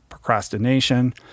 procrastination